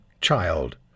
child